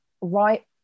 right